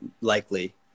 likely